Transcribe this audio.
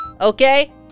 Okay